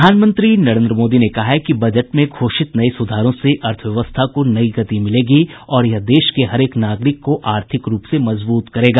प्रधानमंत्री नरेन्द्र मोदी ने कहा है कि बजट में घोषित नये सुधारों से अर्थव्यवस्था को नई गति मिलेगी और यह देश के हरेक नागरिक को आर्थिक रूप से मजबूत करेगा